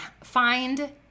find